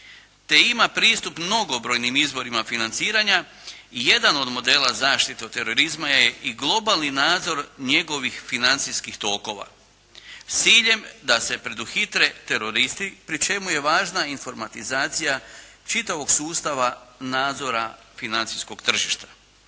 te ima pristup mnogobrojnim izvorima financiranja, jedan od modela zaštite od terorizma je i globalni nadzor njegovih financijskih tokova s ciljem da se preduhitre teroristi, pri čemu je važna informatizacija čitavog sustava nadzora financijskog tržišta.